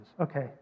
Okay